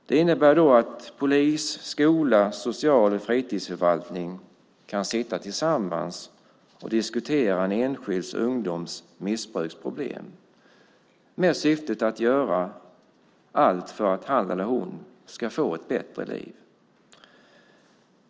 Det innebär att polis och skola samt social och fritidsförvaltning kan sitta tillsammans och diskutera en enskild ung människas missbruksproblem med syftet att göra allt för att han eller hon ska få ett bättre liv.